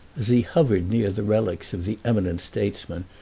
as he hovered near the relics of the eminent statesman,